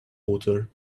water